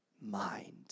mind